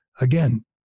Again